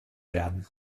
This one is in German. werden